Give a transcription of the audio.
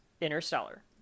Interstellar